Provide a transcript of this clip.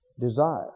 Desire